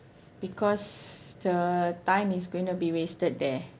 because the time is going to be wasted there